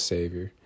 Savior